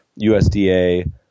USDA